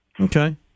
Okay